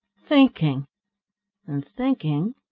thinking and thinking